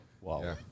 wow